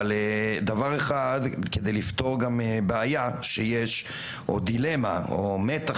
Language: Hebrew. אבל כדי לפתור בעיה שיש או דילמה או מתח